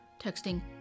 texting